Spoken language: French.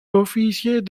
officiers